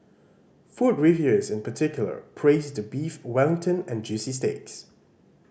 food reviewers in particular praised the Beef Wellington and juicy steaks